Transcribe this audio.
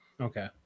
Okay